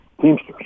Teamsters